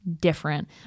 different